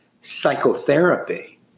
psychotherapy